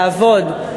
לעבוד,